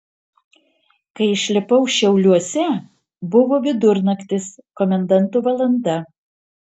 kai išlipau šiauliuose buvo vidurnaktis komendanto valanda